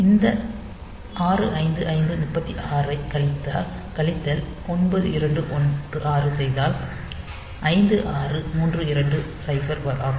இந்த 65536 கழித்தல் 9216 செய்தால் 56320 ஆகும்